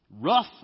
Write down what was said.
rough